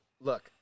look